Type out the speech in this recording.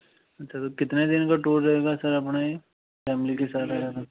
अच्छा तो कितने दिन का टूर रहेगा सर अपने फैमिली के साथ आया तो